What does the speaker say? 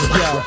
yo